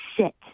sit